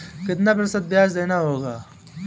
कितना प्रतिशत ब्याज देना होगा?